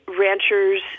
ranchers